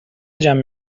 جمع